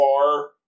far